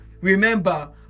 Remember